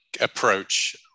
approach